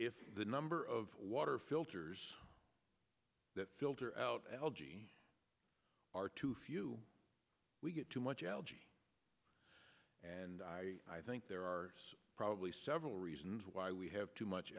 if the number of water filters that filter out algae are too few we get too much algae and i i think there are probably several reasons why we have too much